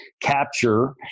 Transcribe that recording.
capture